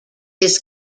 his